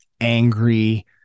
angry